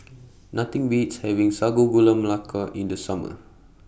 Nothing Beats having Sago Gula Melaka in The Summer